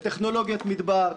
לטכנולוגיית מדבר,